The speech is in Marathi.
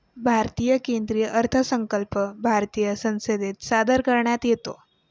भारतीय केंद्रीय अर्थसंकल्प भारतीय संसदेत सादर करण्यात येतो